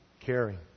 caring